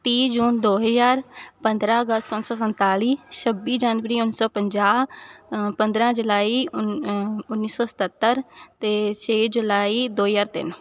ਤੀਹ ਜੂਨ ਦੋ ਹਜ਼ਾਰ ਪੰਦਰ੍ਹਾਂ ਅਗਸਤ ਉੱਨੀ ਸੌ ਸੰਨਤਾਲੀ ਛੱਬੀ ਜਨਵਰੀ ਉੱਨੀ ਸੌ ਪੰਜਾਹ ਪੰਦਰ੍ਹਾਂ ਜੁਲਾਈ ਉਨ ਉੱਨੀ ਸੌ ਸਤੱਤਰ ਅਤੇ ਛੇ ਜੁਲਾਈ ਦੋ ਹਜ਼ਾਰ ਤਿੰਨ